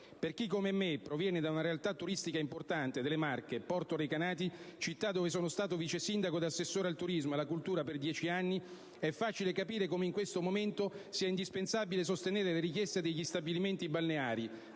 Per chi, come me, proviene da una realtà turistica importante delle Marche (Porto Recanati, città dove sono stato vice sindaco e assessore al turismo e alla cultura per dieci anni) è facile capire come in questo momento sia indispensabile sostenere le richieste degli stabilimenti balneari.